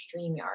StreamYard